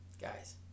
guys